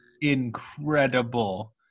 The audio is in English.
incredible